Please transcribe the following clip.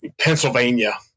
Pennsylvania